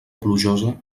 plujosa